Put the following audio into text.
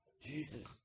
Jesus